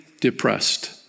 depressed